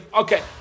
Okay